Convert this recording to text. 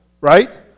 right